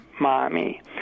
Mommy